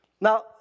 Now